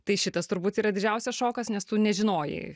tai šitas turbūt yra didžiausias šokas nes tu nežinojai